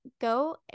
go